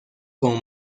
como